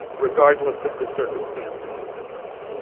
regardless of the circumstances of their birth.